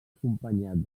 acompanyat